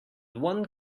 one